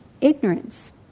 ignorance